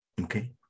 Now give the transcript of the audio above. Okay